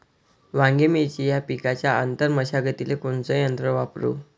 वांगे, मिरची या पिकाच्या आंतर मशागतीले कोनचे यंत्र वापरू?